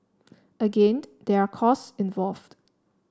again there are costs involved